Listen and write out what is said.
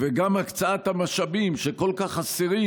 וגם הקצאת המשאבים שכל כך חסרים